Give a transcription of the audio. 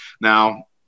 Now